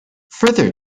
further